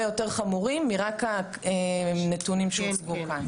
יותר חמורים מרק הנתונים שהוצגו כאן.